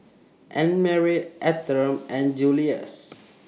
Annmarie Autumn and Julius